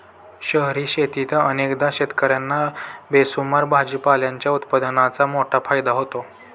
शहरी शेतीत अनेकदा शेतकर्यांना बेसुमार भाजीपाल्याच्या उत्पादनाचा मोठा फायदा होतो